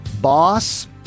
Boss